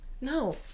No